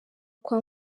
kwa